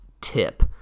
tip